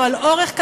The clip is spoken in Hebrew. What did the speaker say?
לא על אורך קדנציה,